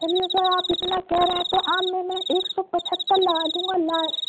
چلیے سر آپ اتنا کہہ رہے ہیں تو آم میں نا ایک سو پچہتر لگا دوں گا لاسٹ